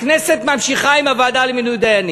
הכנסת ממשיכה עם הוועדה למינוי דיינים,